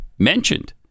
Mentioned